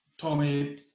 Tommy